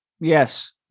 Yes